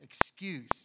excuse